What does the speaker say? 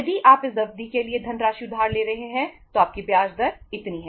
यदि आप इस अवधि के लिए धनराशि उधार ले रहे हैं तो आपकी ब्याज दर इतनी है